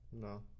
No